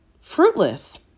fruitless